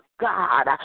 God